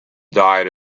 diet